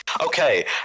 okay